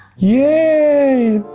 yay!